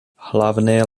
hlavné